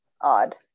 odd